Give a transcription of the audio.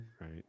Right